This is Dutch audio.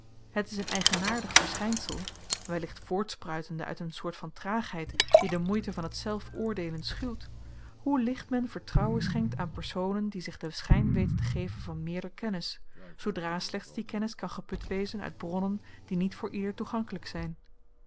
het is een eigenaardig verschynsel wellicht voortspruitende uit een soort van traagheid die de moeite van t zelf oordeelen schuwt hoe licht men vertrouwen schenkt aan personen die zich den schyn weten te geven van meerder kennis zoodra slechts die kennis kan geput wezen uit bronnen die niet voor ieder toegankelyk zyn